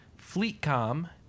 Fleetcom